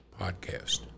Podcast